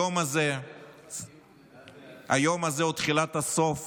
היום הזה הוא תחילת הסוף